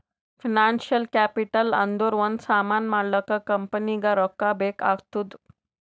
financial capital ಅಂದುರ್ ಒಂದ್ ಸಾಮಾನ್ ಮಾಡ್ಲಾಕ ಕಂಪನಿಗ್ ರೊಕ್ಕಾ ಬೇಕ್ ಆತ್ತುದ್